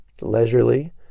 Leisurely